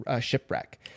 shipwreck